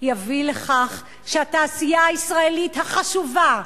יביא לכך שהתעשייה הישראלית החשובה,